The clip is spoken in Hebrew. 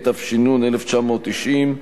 התש"ן 1990,